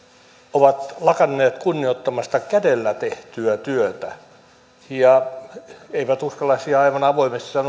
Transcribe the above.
ovat lakanneet kunnioittamasta kädellä tehtyä työtä ja eivät uskalla sitä aivan avoimesti sanoa